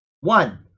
one